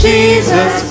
Jesus